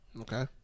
Okay